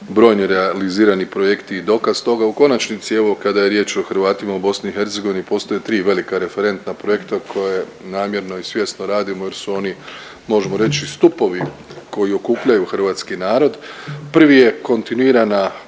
brojni realizirani projekti i dokaz toga. U konačnici evo kada je riječ o Hrvatima u BiH postoje 3 velika referentna projekta koja namjerno i svjesno radimo jer su oni možemo reći stupovi koji okupljaju hrvatski narod. Prvi je kontinuirana